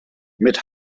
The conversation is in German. mit